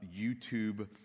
YouTube